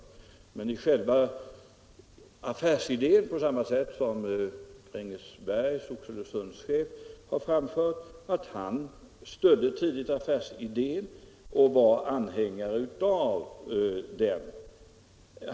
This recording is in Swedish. Kring själva affärsidén var utskottet emellertid enigt —- på samma sätt som Oxelösundschefen uttalade att han tidigt stödde affärsidén och var anhängare av den.